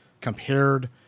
compared